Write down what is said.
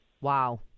Wow